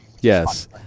Yes